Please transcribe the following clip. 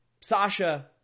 Sasha